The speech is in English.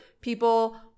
people